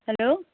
hello